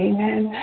Amen